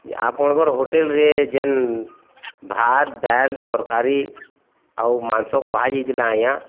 ଆପଣଙ୍କର ହୋଟେଲ୍ରେ ଯେନ୍ ଭାତ୍ ଡାଲ୍ ତରକାରୀ ଆଉ ମାଂସ କୁହା ଯାଇଥିଲା ଆଜ୍ଞା